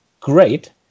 great